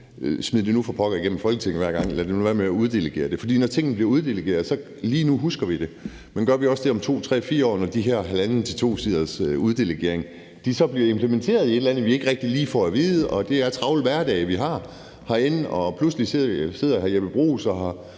Smid det nu for pokker igennem Folketinget hver gang, og lad nu være med at uddelegere det. For når ting bliver uddelegeret, er det sådan, at lige nu husker vi det, men gør vi også det om 2, 3 eller 4 år, når de her halvanden til to siders uddelegering bliver implementeret i et eller andet, vi ikke rigtig får at vide? Vi har en travl hverdag herinde, og pludselig sidder ministeren for